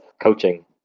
coaching